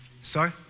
Sorry